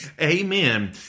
amen